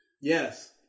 Yes